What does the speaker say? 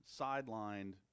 sidelined